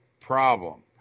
problem